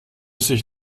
sich